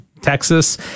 texas